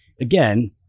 again